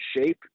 shape